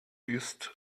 ist